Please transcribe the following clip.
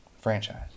franchise